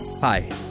Hi